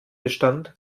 bestand